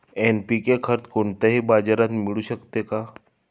NPK खत कोणत्याही बाजारात मिळू शकते का?